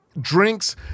drinks